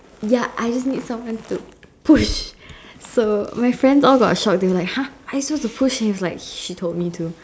ya I just need someone to push so my friends all got shocked they were like !huh! are you supposed to push and he was like she told me to